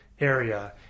area